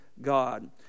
God